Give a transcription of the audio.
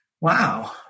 Wow